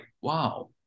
wow